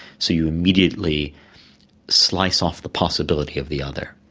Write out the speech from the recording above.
so you immediately slice off the possibility of the other,